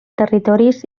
territoris